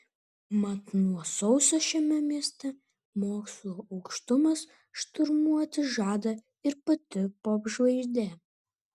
mat nuo sausio šiame mieste mokslo aukštumas šturmuoti žada ir pati popžvaigždė